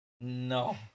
No